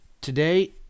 Today